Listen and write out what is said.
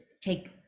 take